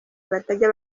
batajya